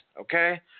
okay